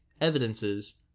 evidences